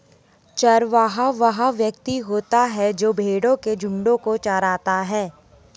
चरवाहा वह व्यक्ति होता है जो भेड़ों के झुंडों को चराता है